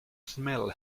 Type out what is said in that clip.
smell